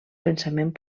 pensament